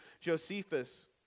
Josephus